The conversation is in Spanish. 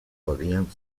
podían